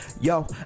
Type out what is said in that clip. yo